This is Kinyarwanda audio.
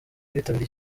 kwitabira